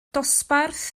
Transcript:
dosbarth